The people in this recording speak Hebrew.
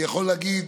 אני יכול להגיד,